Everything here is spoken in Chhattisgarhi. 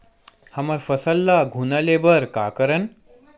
हमर फसल ल घुना ले बर का करन?